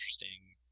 interesting